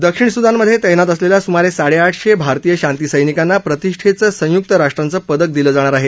दक्षिण सुदानमध्ये तैनात असलेल्या सुमारे साडेआठशे भारतीय शांतीसैनिकांना प्रतिष्ठेचं संय्क्त राष्ट्रांचं पदक दिलं जाणार आहे